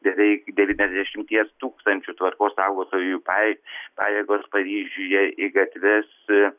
beveik devyniasdešimties tūkstančių tvarkos saugotojų pajė pajėgos paryžiuje į gatves